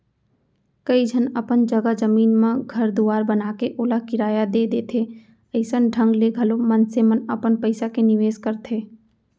कइ झन अपन जघा जमीन म घर दुवार बनाके ओला किराया दे देथे अइसन ढंग ले घलौ मनसे मन अपन पइसा के निवेस करथे